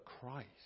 Christ